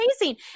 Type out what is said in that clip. amazing